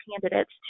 candidates